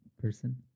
person